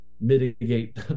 mitigate